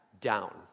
down